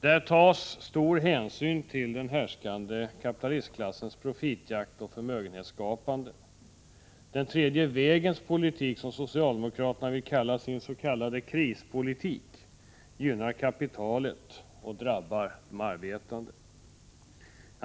Där tas stor hänsyn till den härskande kapitalistklassens profitjakt och förmögen hetsskapande. Den tredje vägens politik, som socialdemokraterna vill kalla sin s.k. krispolitik, gynnar kapitalet och drabbar de arbetande.